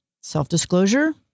self-disclosure